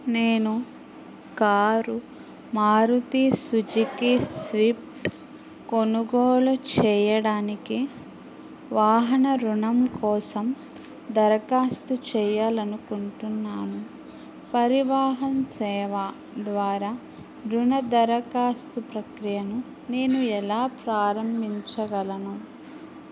నేను car Maruti Suzuki Swift కొనుగోలు చెయ్యడానికి వాహన రుణం కోసం దరఖాస్తు చేయాలి అనుకుంటున్నాను పరివాహన్ సేవా ద్వారా రుణ దరఖాస్తు ప్రక్రియను నేను ఎలా ప్రారంభించగలను